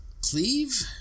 cleave